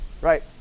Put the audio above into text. right